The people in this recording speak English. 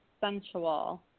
sensual